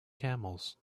camels